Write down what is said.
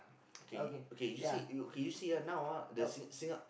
K K you see you K you see ah now ah the Sing~ Singa~